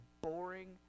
boring